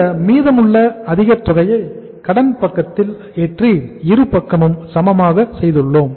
இந்த மீதமுள்ள அதிகத் தொகையை கடன் பக்கத்தில் ஏற்றி இரு பக்கமும் சமமாக செய்துள்ளோம்